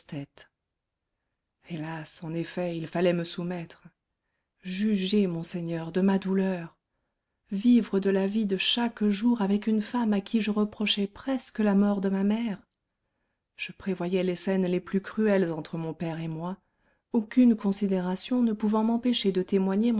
hélas en effet il fallait me soumettre jugez monseigneur de ma douleur vivre de la vie de chaque jour avec une femme à qui je reprochais presque la mort de ma mère je prévoyais les scènes les plus cruelles entre mon père et moi aucune considération ne pouvant m'empêcher de témoigner